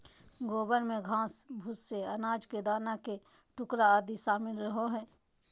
गोबर में घास, भूसे, अनाज के दाना के टुकड़ा आदि शामिल रहो हइ